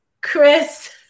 Chris